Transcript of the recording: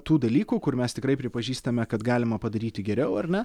tų dalykų kur mes tikrai pripažįstame kad galima padaryti geriau ar ne